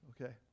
Okay